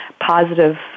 positive